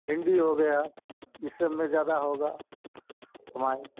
भिंडी हो गया इस सब में जादा होगा कमाई